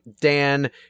Dan